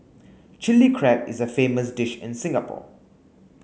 Chilli Crab is a famous dish in Singapore